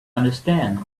understand